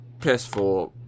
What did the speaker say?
PS4